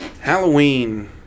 Halloween